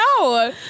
no